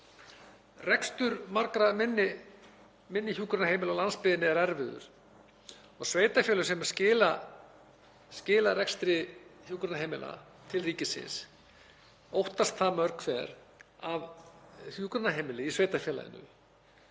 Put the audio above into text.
Rekstur margra minni hjúkrunarheimila á landsbyggðinni er erfiður og sveitarfélög sem skila rekstri hjúkrunarheimila til ríkisins óttast það mörg hver að hjúkrunarheimilið í sveitarfélaginu,